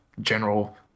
general